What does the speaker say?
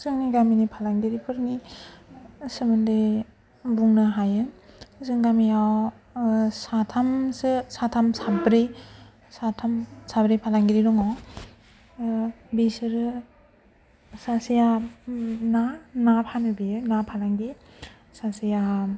जोंनि गामिनि फालांगिरिफोरनि सोमोन्दै बुंनो हायो जोंनि गामिआव साथामसो साथाम साब्रै साथाम साब्रै फालांगिरि दङ बिसोरो सासेआ ना ना फानो बियो ना फालांगि सासेआ